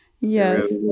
yes